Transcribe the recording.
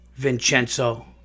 Vincenzo